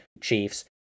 Chiefs